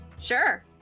Sure